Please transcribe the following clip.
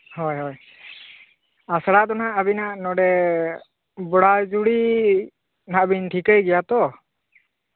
ᱦᱳᱭ ᱦᱳᱭ ᱟᱥᱲᱟ ᱫᱚ ᱦᱟᱸᱜ ᱟᱹᱵᱤᱱᱟᱜ ᱱᱚᱰᱮ ᱜᱳᱲᱟᱭ ᱡᱩᱲᱤ ᱱᱟᱦᱟᱸᱜ ᱵᱤᱱ ᱴᱷᱤᱠᱟᱹᱭ ᱜᱮᱭᱟ ᱛᱚ